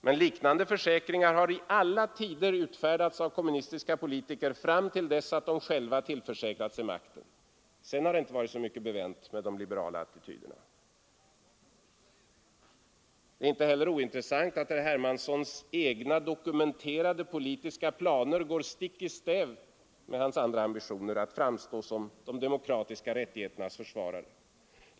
Men liknande försäkringar har i alla tider utfärdats av kommunistiska politiker fram till dess att de själva tillförsäkrat sig makten. Sedan har det inte varit mycket bevänt med de liberala attityderna. För det andra är det inte heller ointressant att herr Hermanssons egna dokumenterade politiska planer går stick i stäv mot hans andra ambitioner att framstå som de demokratiska rättigheternas försvarare.